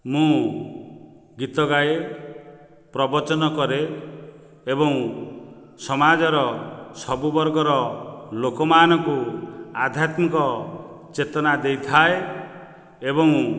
ମୁଁ ଗୀତ ଗାଏ ପ୍ରବଚନ କରେ ଏବଂ ସମାଜର ସବୁ ବର୍ଗର ଲୋକମାନଙ୍କୁ ଆଧ୍ୟାତ୍ମିକ ଚେତନା ଦେଇଥାଏ ଏବଂ